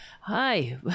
Hi